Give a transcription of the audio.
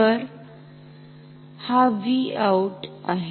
तर हा Vout आहे